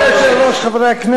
חברי הכנסת,